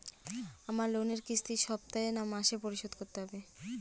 আমার লোনের কিস্তি সপ্তাহে না মাসে পরিশোধ করতে হবে?